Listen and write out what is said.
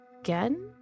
again